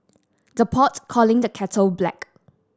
the pot calling the kettle black